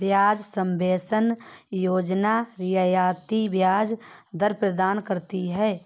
ब्याज सबवेंशन योजना रियायती ब्याज दर प्रदान करती है